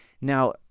Now